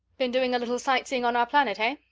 been doing a little sight-seeing on our planet, hey?